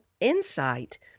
insight